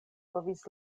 povis